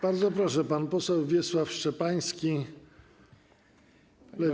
Bardzo proszę, pan poseł Wiesław Szczepański, Lewica.